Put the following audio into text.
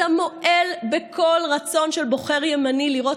אתה מועל בכל רצון של בוחר ימני לראות